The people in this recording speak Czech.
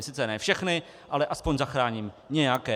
Sice ne všechny, ale aspoň zachráním nějaké.